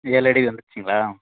ஏழு அடி வந்துச்சிங்களா